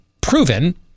proven